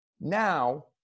Now